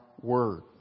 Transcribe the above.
word